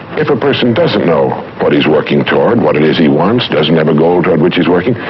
if a person doesn't know what he's working toward, what it is he wants, doesn't have a goal toward which he's working,